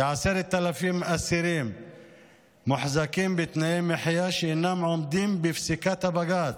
כ-10,000 אסירים מוחזקים בתנאי מחיה שאינם עומדים בפסיקת בג"ץ.